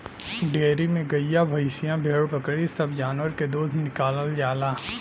dairy में गइया भईंसिया भेड़ बकरी सब जानवर के दूध निकालल जाला